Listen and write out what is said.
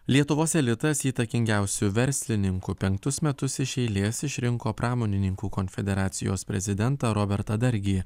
lietuvos elitas įtakingiausiu verslininku penktus metus iš eilės išrinko pramonininkų konfederacijos prezidentą robertą dargį